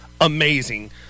amazing